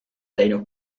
teinud